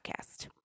podcast